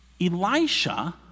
Elisha